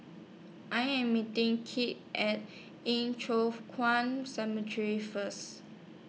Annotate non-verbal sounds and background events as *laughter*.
I Am meeting Kit At Yin *unintelligible* Kuan Cemetery First